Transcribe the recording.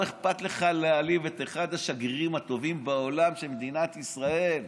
לא אכפת לך להעליב את אחד השגרירים של מדינת ישראל בעולם,